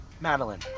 Madeline